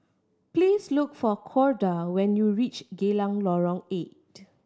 please look for Corda when you reach Geylang Lorong Eight